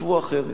שחשבו אחרת,